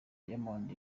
diamond